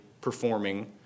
performing